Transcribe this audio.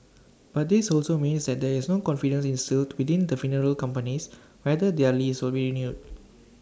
but this also means that there is no confidence instilled within the funeral companies whether their lease will be renewed